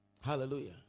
hallelujah